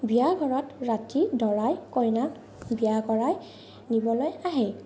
বিয়া ঘৰত ৰাতি দৰাই কইনাক বিয়া কৰাই নিবলৈ আহে